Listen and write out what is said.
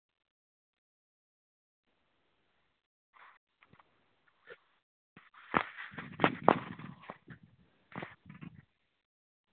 अ